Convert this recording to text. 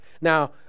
Now